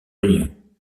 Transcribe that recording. union